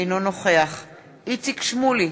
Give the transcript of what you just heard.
אינו נוכח איציק שמולי,